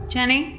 Jenny